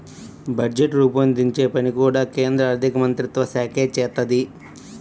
budget రూపొందించే పని కూడా కేంద్ర ఆర్ధికమంత్రిత్వశాఖే చేత్తది